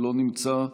לא נמצא,